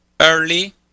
early